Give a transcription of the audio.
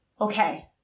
Okay